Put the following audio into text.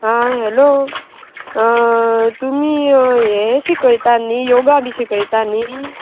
आ hello तुमी हे शिकयता न्ही योगा बी शिकयता न्ही